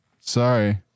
Sorry